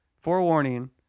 forewarning